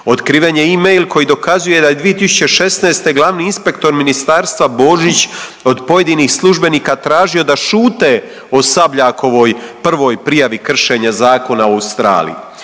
Otkriven je i mail koji dokazuje da je 2016. glavni inspektor ministarstva Božić od pojedinih službenika tražio da šute o Sabljakovoj prvoj prijavi kršenja zakona u Australiji.